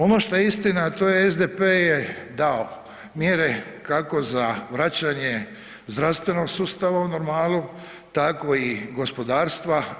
Ono što je istina, a to je SDP je dao mjere kako za vraćanje zdravstvenog sustava u normalu, tako i gospodarstva.